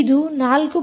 ಇದು 4